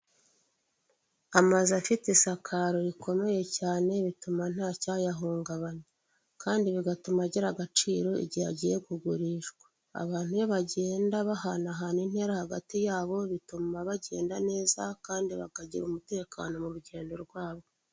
Amazu afite isakaro rikomeye cyane bituma ntacyayahungabanya, kandi bigatuma agira agaciro igihe agiye kugurishwa. Abantu iyo bagenda bahanahana intera hagati yabo bituma bagenda neza, kandi bakagira umutekano mu rugendo rwabo.